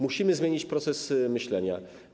Musimy zmienić proces myślenia.